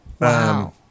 Wow